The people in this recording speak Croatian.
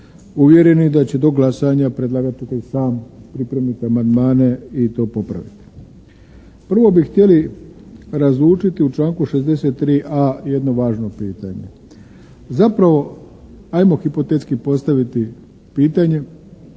uvjereni da će do glasanja predlagatelj sam pripremiti amandmane i to popraviti. Prvo bi htjeli razlučiti u članku 63.a jedno važno pitanje. Zapravo ajmo hipotetski postaviti pitanje.